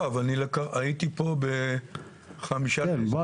לא, אבל אני הייתי פה ב-9:55 ולקחתי מספר.